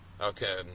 Okay